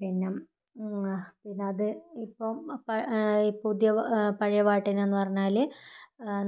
പിന്നെ പിന്നത് ഇപ്പം പുതിയ പഴയ പാട്ടിനെന്ന് പറഞ്ഞാല്